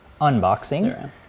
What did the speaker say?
unboxing